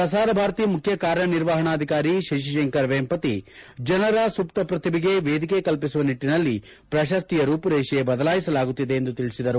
ಪ್ರಸಾರ ಭಾರತಿ ಮುಖ್ಯ ಕಾರ್ಯನಿರ್ವಹಣಾಧಿಕಾರಿ ಶಶಿ ಶೇಖರ್ ವೆಂಪತಿ ಜನರ ಸುಪ್ತ ಪ್ರತಿಭೆಗೆ ವೇದಿಕೆ ಕಲ್ಪಿಸುವ ನಿಟ್ಟಿನಲ್ಲಿ ಪ್ರಶಸ್ತಿ ರೂಪುರೇಶೆ ಬದಲಾಯಿಸಲಾಗುತ್ತಿದೆ ಎಂದು ತಿಳಿಸಿದರು